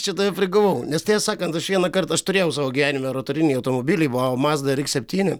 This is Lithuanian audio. čia tave prigavau nes tiesą sakant aš vienąkart aš turėjau savo gyvenime rotorinį automobilį vau mazda iks septyni